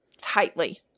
tightly